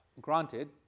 Granted